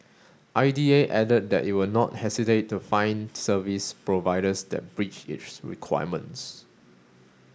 I D A added that it will not hesitate to fine service providers that breach its requirements